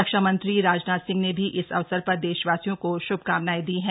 रक्षा मंत्री राजनाथ सिंह ने भी इस अवसर पर देशवासियों को श्भकामनाएं दी हैं